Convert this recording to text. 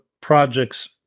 projects